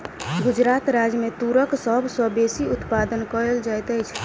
गुजरात राज्य मे तूरक सभ सॅ बेसी उत्पादन कयल जाइत अछि